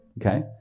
Okay